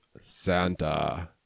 Santa